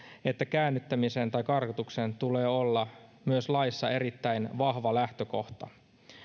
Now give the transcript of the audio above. että käännyttämisen tai karkotuksen tulee olla myös laissa erittäin vahva lähtökohta